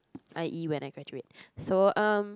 i_e when I graduate so um